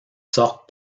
sortent